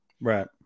Right